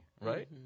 right